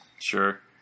Sure